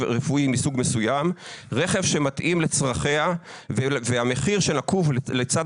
רפואי מסוג מסוים רכב שמתאים לצרכיה והמחיר שנקוב לצד